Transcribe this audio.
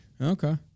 Okay